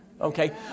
Okay